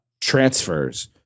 transfers